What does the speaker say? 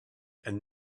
and